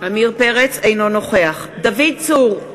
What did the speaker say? אינו נוכח דוד צור,